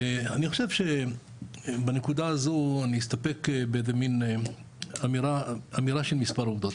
אני חושב שבנקודה הזו אני אסתפק במין אמירה של מספר עובדות.